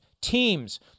teams